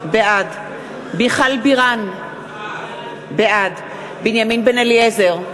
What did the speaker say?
בעד מיכל בירן, בעד בנימין בן-אליעזר,